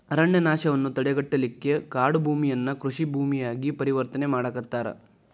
ಅರಣ್ಯನಾಶವನ್ನ ತಡೆಗಟ್ಟಲಿಕ್ಕೆ ಕಾಡುಭೂಮಿಯನ್ನ ಕೃಷಿ ಭೂಮಿಯಾಗಿ ಪರಿವರ್ತನೆ ಮಾಡಾಕತ್ತಾರ